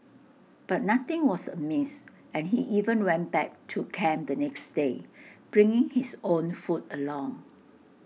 but nothing was amiss and he even went back to camp the next day bringing his own food along